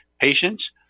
patients